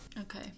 Okay